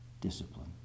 discipline